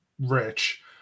rich